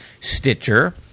Stitcher